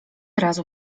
razu